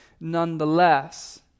nonetheless